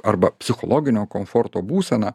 arba psichologinio komforto būseną